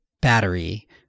battery